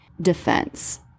defense